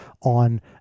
on